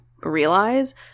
realize